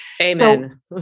Amen